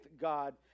God